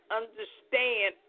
understand